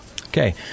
Okay